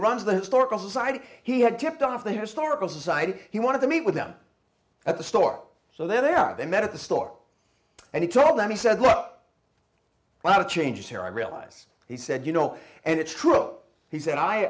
runs the historical society he had tipped off the historical society he wanted to meet with them at the store so there they are they met at the store and he told them he said look i have a change here i realize he said you know and it's true he said i